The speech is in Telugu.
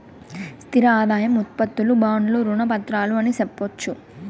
స్థిర ఆదాయం ఉత్పత్తులు బాండ్లు రుణ పత్రాలు అని సెప్పొచ్చు